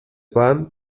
pan